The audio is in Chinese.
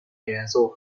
元素